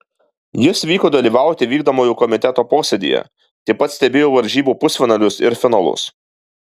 jis vyko dalyvauti vykdomojo komiteto posėdyje taip pat stebėjo varžybų pusfinalius ir finalus